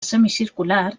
semicircular